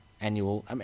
Annual